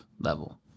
level